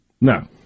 No